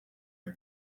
her